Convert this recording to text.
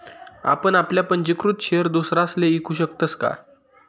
आपण आपला पंजीकृत शेयर दुसरासले ईकू शकतस का?